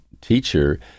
teacher